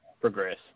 progress